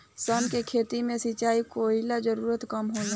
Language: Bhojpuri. सन के खेती में सिंचाई, कोड़ाई के जरूरत कम होला